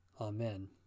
Amen